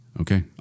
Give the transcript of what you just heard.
Okay